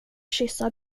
kyssa